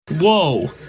Whoa